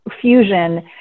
Fusion